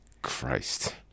Christ